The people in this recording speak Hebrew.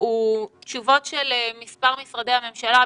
הוא תשובות של מספר משרדי ממשלה,